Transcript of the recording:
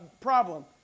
Problem